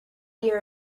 year